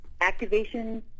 Activation